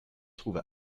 trouve